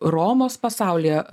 romos pasaulyje